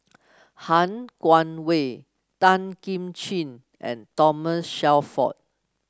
Han Guangwei Tan Kim Ching and Thomas Shelford